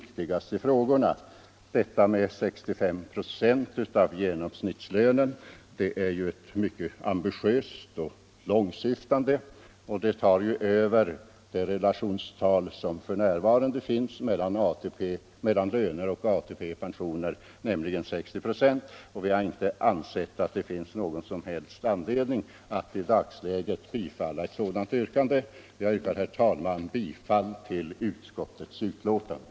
Kravet om 65 96 av genomsnittslönen för industriarbetare är så långtgående att det skulle förändra det nuvarande relationstalet mellan löner och ATP-pensioner som är 60 96 av de 15 bästa åren. Vi har inte ansett att det finns någon som helst anledning att i dagsläget bifalla ett sådant yrkande. Jag yrkar, herr talman, bifall till utskottets hemställan.